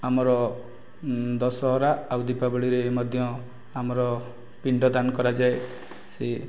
ଆମର ଦଶହରା ଆଉ ଦୀପାବଳୀରେ ମଧ୍ୟ ଆମର ପିଣ୍ଡ ଦାନ କରାଯାଏ ସେ